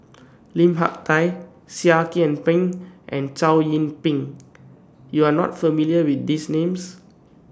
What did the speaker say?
Lim Hak Tai Seah Kian Peng and Chow Yian Ping YOU Are not familiar with These Names